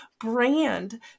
brand